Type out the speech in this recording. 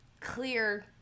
clear